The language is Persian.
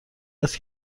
است